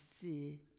see